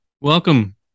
welcome